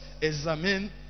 examine